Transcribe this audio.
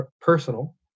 personal